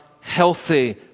healthy